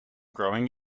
growing